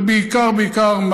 ובעיקר בעיקר,